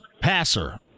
passer